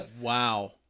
Wow